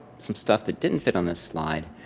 some stuff that didn't fit on this slide.